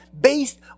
based